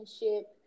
relationship